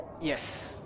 Yes